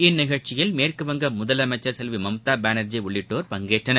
இந்நிகழ்ச்சியில் மேற்குவங்க முதலமைச்சர் செல்வி மம்தா பானர்ஜி உள்ளிட்டோர் பங்கேற்றனர்